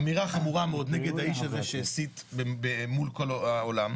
אמירה חמורה מאוד נגד האיש הזה שהסית מול כל העולם.